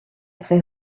très